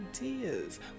ideas